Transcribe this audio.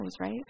right